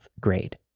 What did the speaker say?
grade